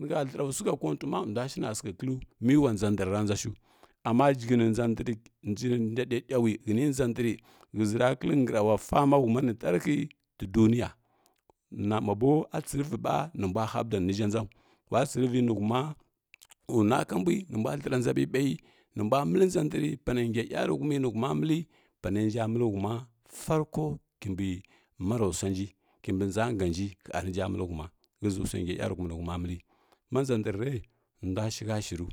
nihə ndrashuhə kontuima nduashina sikhəkəlu miwa nʒa ndr ra nʒashu amma jighəni nʒa ndri nʒa ɗeɗau ghən nʒa ndri ghəʒi ra kitə ngrawa fama humani ndarhi ti duniya namɓa bo a tsiriviɓa nimbua haɓda nine zha nʒau watsirin nihuma nua ka mbui nimbua ncha nʒa ɓiɓayi nimbua nəli nʒa ndri pane ngi yaruhumi nihumua məli panansa məli huma sarko kimbi marasuanji kimbi nʒa ngənji hərinja məli ma nʒa ndrre suanga yaruhumi nihuma məli ma nʒa ndrre nduashihə shiru.